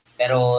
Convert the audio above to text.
pero